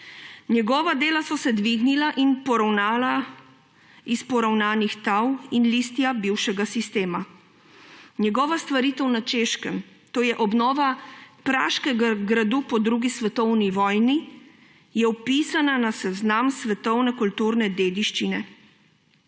Njegova dela so se dvignila in poravnala iz poravnanih tal in listja bivšega sistema. Njegova stvaritev na Češkem, to je obnova praškega gradu po drugi svetovani vojni, je vpisana na seznam svetovne kulturne dediščine